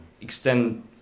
extend